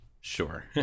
Sure